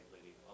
Lady